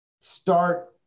Start